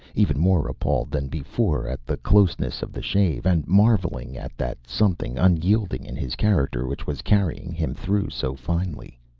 even more appalled than before at the closeness of the shave, and marveling at that something unyielding in his character which was carrying him through so finely.